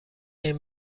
این